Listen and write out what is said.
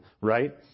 right